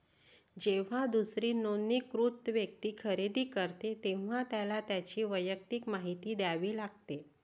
जेव्हा दुसरी नोंदणीकृत व्यक्ती खरेदी करते, तेव्हा त्याला त्याची वैयक्तिक माहिती द्यावी लागते